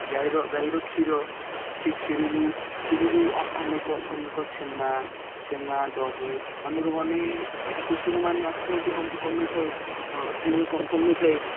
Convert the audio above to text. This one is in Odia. ଗାଈର ଗାଈର କ୍ଷୀର କ୍ଷୀରରୁ କ୍ଷୀରରୁ ଅନେକ ଅନେକ ଛେନା ଛେନା ଦହି ଅନେକ ବନେଇ କୃଷକମାନେ ଅର୍ଥନୀତି କମେଇଥାଏ ଅର୍ଥନୀତି କମେଇଥାଏ